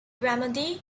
remedy